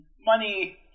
money